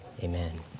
amen